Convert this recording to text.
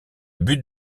but